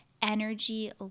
energy